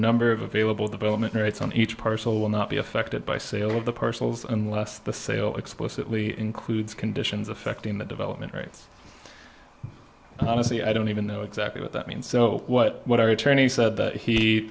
number of available development rates on each parcel will not be affected by sale of the parcels unless the sale explicitly includes conditions affecting the development rates honestly i don't even know exactly what that means so what what our attorney said